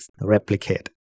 replicate